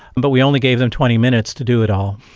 but we only gave them twenty minutes to do it all.